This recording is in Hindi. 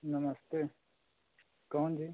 नमस्ते कौन जी